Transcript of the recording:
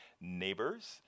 Neighbors